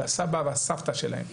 הסבא והסבתא שלהם